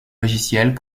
logiciels